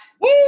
Woo